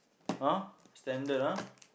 !huh! standard ah